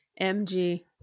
MG